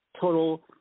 total